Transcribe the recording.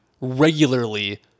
regularly